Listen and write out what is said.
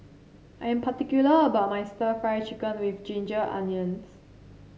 I am particular about my stir Fry Chicken with Ginger Onions